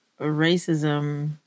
racism